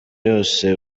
yose